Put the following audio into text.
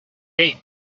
gate